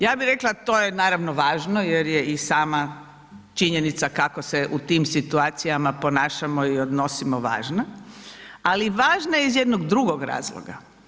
Ja bi rekla to je naravno važno jer je i sama činjenica kako se u tim situacijama ponašamo i odnosimo važna, ali važna iz jednog drugo razloga.